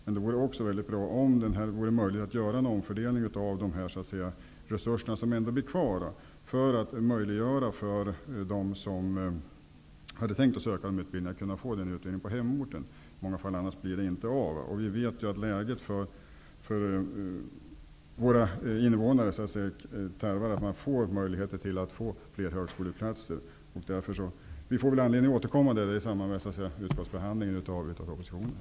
Men det vore också väldigt bra om man kunde göra en omfördelning av de resurser som ändå blir kvar för att möjliggöra för dem som hade tänkt söka att få utbildning på hemorten. I många fall blir det annars inte av. Vi vet att läget för invånarna i regionen tarvar fler högskoleplatser. Vi får anledning att återkomma till frågan i samband med utskottsbehandlingen av propositionen.